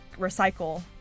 recycle